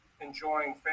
enjoying